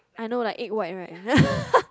I know like egg white right